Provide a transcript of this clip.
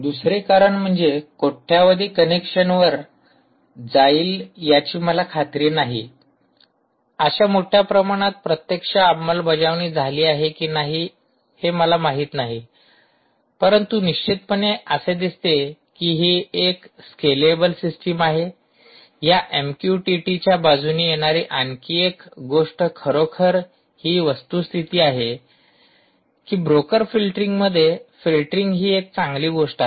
दुसरे कारण म्हणजे तो कोट्यावधी कनेक्शनवर जाईल याची मला खात्री नाही अशा मोठ्या प्रमाणात प्रत्यक्ष अंमलबजावणी झाली आहे की नाही हे मला माहित नाही परंतु निश्चितपणे असे दिसते की ही एक स्केलेबल सिस्टम आहे या एमक्यूटीटीच्या बाजूने येणारी आणखी एक गोष्ट खरोखर ही वस्तुस्थिती आहे की ब्रोकर फिल्टरिंग मध्ये फिल्टरिंग ही एक चांगली गोष्ट आहे